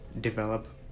develop